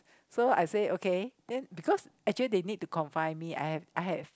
so I say okay then first actually they need to confine me I have I have